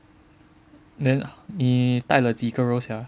then 你带了几个 roll sia